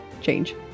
change